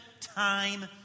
time